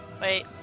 wait